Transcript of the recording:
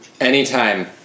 Anytime